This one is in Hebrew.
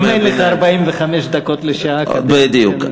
גם אין לך 45 דקות לשעה, בדיוק.